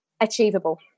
achievable